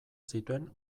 zituen